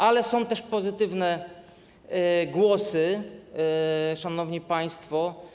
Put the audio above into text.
Ale są też pozytywne głosy, szanowni państwo.